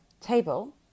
table